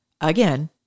again